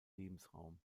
lebensraum